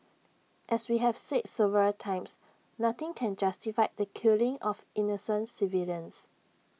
as we have said several times nothing can justify the killing of innocent civilians